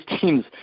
teams